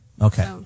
okay